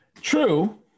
True